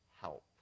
help